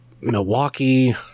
Milwaukee